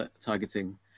targeting